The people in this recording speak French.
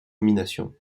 nominations